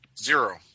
Zero